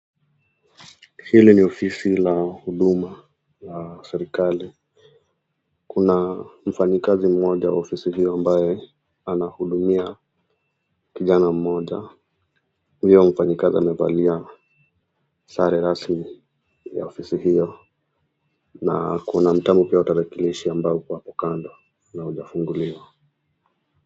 Hili ni ofisi la huduma la serikali